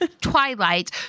Twilight